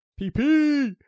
PP